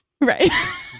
right